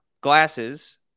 glasses